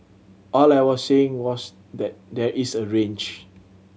all I was saying was that there is a range